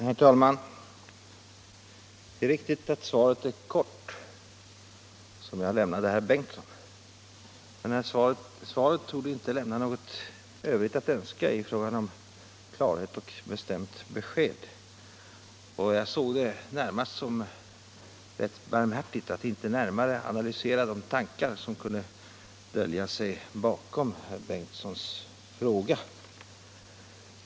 Herr talman! Det är riktigt att det svar som jag givit herr Bengtson är kort, men det torde inte lämna något övrigt att önska i fråga om klarhet och bestämt besked. Jag ansåg det närmast vara barmhärtigt att inte närmare analysera de tankar som kunde dölja sig bakom herr Bengtsons fråga.